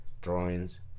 drawings